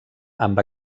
amb